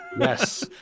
Yes